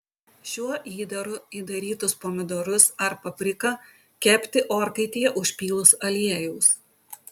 šiuo įdaru įdarytus pomidorus ar papriką kepti orkaitėje užpylus aliejaus